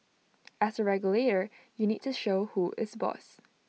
as A regulator you need to show who is boss